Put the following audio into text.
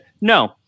No